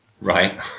Right